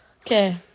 Okay